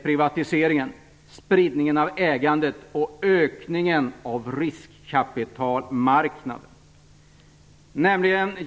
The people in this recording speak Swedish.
Ur vår synvinkel är spridningen av ägandet och ökningen av riskkapitalmarknaden det viktigaste med privatiseringen.